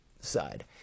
side